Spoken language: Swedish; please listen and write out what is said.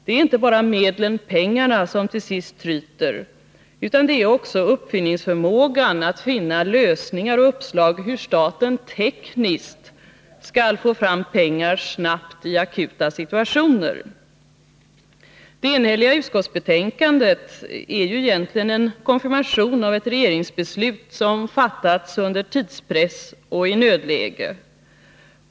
Det är inte bara medlen/pengarna som till sist tryter utan det är också uppfinningsförmågan — förmågan att finna lösningar och uppslag till hur staten tekniskt skall få fram pengar snabbt i akuta situationer. Det enhälliga utskottsbetänkandet är egentligen en konfirmation av ett regeringsbeslut som fattats under tidspress och i nödläge.